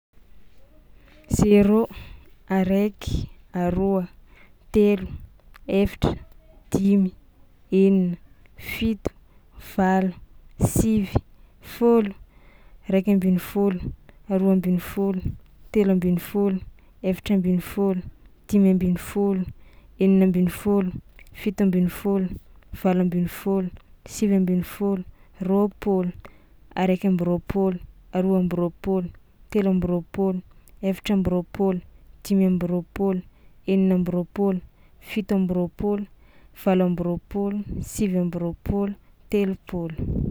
Zéro, araiky, aroa, telo, efatra, dimy, enina, fito, valo, sivy, fôlo, raiky ambinifôlo, aroa ambinifôlo, telo ambinifôlo, efa ambinifôlo, enina ambinifôlo, fito ambinifôlo, valo ambinifôlo, sivy ambinifôlo, roapôlo, araiky amby roapôlo, aroa amby roapôlo, telo amby roapôlo, efatra amby roapôlo, dimy amby roapôlo, enina amby roapôlo, fito amby roapôlo, valo amby roapôlo, sivy amby roapôlo, telopôlo.